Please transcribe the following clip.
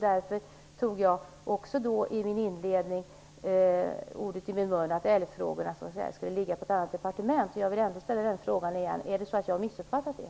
Därför sade jag i min inledning att älvfrågorna skulle ligga på ett annat departement. Jag vill nu ställa frågan igen: Är det så att jag har missuppfattat det?